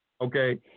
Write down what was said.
Okay